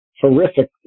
horrific